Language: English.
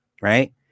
right